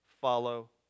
follow